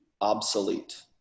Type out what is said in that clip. obsolete